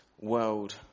world